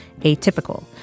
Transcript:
Atypical